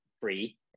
free